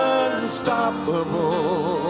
unstoppable